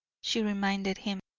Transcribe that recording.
she reminded him,